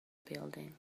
building